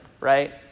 right